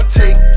take